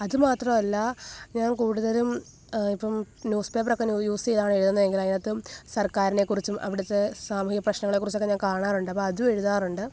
അതുമാത്രമല്ലാ ഞാന് കൂടുതലും ഇപ്പം ന്യൂസ് പേപ്പർ ഒക്കെ നൂ യൂസ് ചെയ്തതാണ് എഴുതുന്നത് എങ്കിൽ അതിനകത്ത് സര്ക്കാരിനേക്കുറിച്ചും അവിടുത്തെ സാമൂഹിക പ്രശ്നങ്ങളെക്കുറിച്ചൊക്കെ ഞാന് കാണാറുണ്ട് അപ്പം അതും എഴുതാറുണ്ട്